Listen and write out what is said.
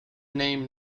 name